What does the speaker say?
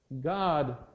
God